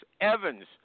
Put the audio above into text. Evans